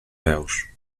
peus